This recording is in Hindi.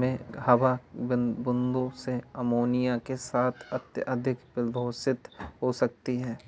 में हवा बूंदों से अमोनिया के साथ अत्यधिक प्रदूषित हो सकती है